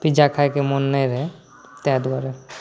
pizza खाइके मोन नहि रहै ताहि दुआरे